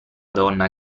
donna